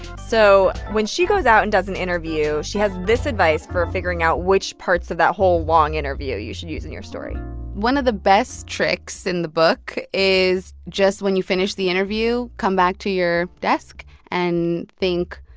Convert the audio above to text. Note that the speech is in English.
so when she goes out and does an interview, she has this advice for figuring out which parts of that whole long interview you should use in your story one of the best tricks in the book is just when you finish the interview, come back to your desk and think,